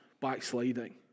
backsliding